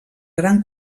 gran